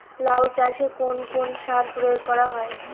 লাউ চাষে কোন কোন সার প্রয়োগ করা হয়?